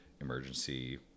emergency